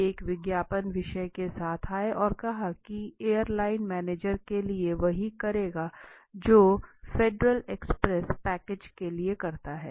वे एक विज्ञापन विषय के साथ आए और कहा कि एयरलाइन मैनेजर के लिए वही करेगा जो फेडरल एक्सप्रेस पैकेज के लिए करता है